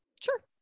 Sure